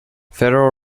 federal